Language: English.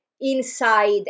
inside